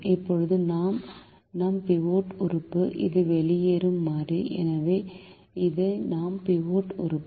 இப்போது இது நம் பிவோட் உறுப்பு இது வெளியேறும் மாறி எனவே இது நம் பிவோட் உறுப்பு